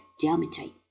geometry